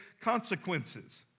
consequences